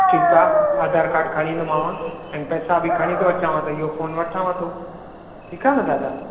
ठीकु आहे आधार कार्ड खणी ईंदोमाव ऐं पैसा बि खणी थो अचांव त इहो फ़ोन वठांव थो ठीकु आहे न दादा